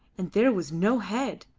and there was no head,